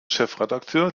chefredakteur